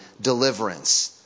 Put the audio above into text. deliverance